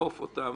לאכוף אותם.